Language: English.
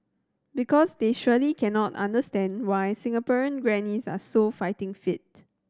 because they surely cannot understand why Singaporean grannies are so fighting fit